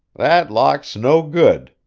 that lock's no good,